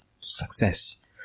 success